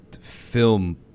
film